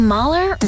Mahler